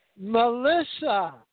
Melissa